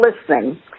listening